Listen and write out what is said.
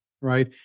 right